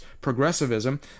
progressivism